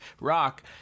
Rock